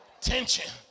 Tension